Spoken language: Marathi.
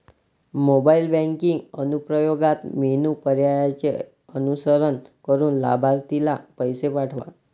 मोबाईल बँकिंग अनुप्रयोगात मेनू पर्यायांचे अनुसरण करून लाभार्थीला पैसे पाठवा